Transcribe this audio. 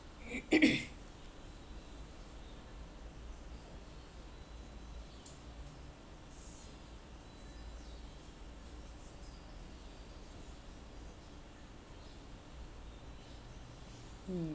hmm